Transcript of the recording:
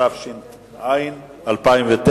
התש"ע 2009,